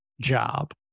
job